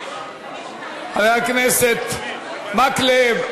חבר הכנסת מקלב,